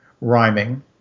rhyming